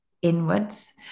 inwards